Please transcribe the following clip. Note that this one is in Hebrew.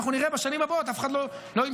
אנחנו נראה בשנים הבאות שאף אחד לא ימשוך